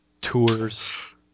tours